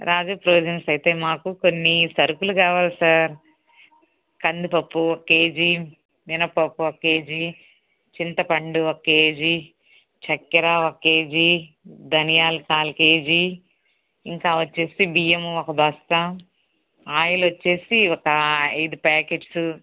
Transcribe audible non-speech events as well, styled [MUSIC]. రాజు [UNINTELLIGIBLE] అయితే మాకు కొన్ని సరుకులు కావాలి సార్ కందిపప్పు ఓ కేజి మినపప్పు ఓ కేజి చింతపండు ఓ కేజి చెక్కర ఓ కేజి ధనియాల్ కాల్ కేజి ఇంకా వచ్చేసి బియ్యము ఒక బస్తా ఆయిల్ వచ్చేసి ఒక ఐదు ప్యాకెట్స్